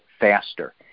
faster